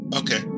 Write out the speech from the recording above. okay